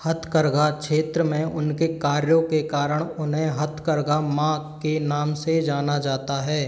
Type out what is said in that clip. हथकरघा क्षेत्र में उनके कार्यों के कारण उन्हें हथकरघा माँ के नाम से जाना जाता है